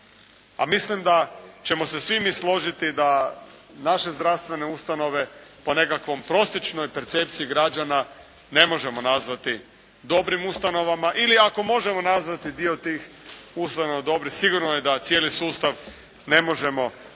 A mislim da ćemo se svi složiti da naše zdravstvene ustanove po nekakvoj prosječnoj percepciji građana ne možemo nazvati dobrim ustanovama ili ako možemo nazvati dio tih ustanova dobri sigurno je da cijeli sustav ne možemo nazvati